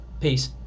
Peace